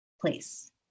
place